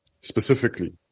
specifically